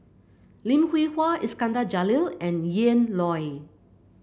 Lim Hwee Hua Iskandar Jalil and Ian Loy